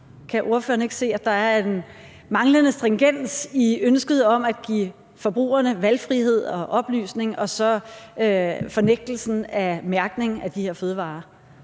Kan ordføreren ikke se, at der er en manglende stringens i ønsket om at give forbrugerne valgfrihed og oplysning og så afvisningen af en mærkning af de her fødevarer?